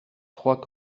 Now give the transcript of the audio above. trois